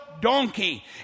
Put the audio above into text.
donkey